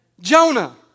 Jonah